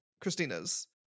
Christina's